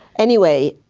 anyway,